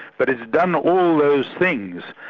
but it's done all those things.